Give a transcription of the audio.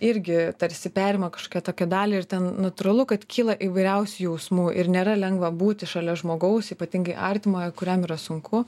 irgi tarsi perima kažkokią tokią dalį ir ten natūralu kad kyla įvairiausių jausmų ir nėra lengva būti šalia žmogaus ypatingai artimojo kuriam yra sunku